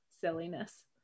silliness